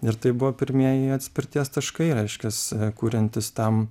ir tai buvo pirmieji atspirties taškai reiškias kuriantis tam